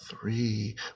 Three